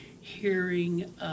hearing